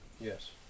Yes